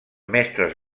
mestres